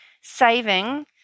saving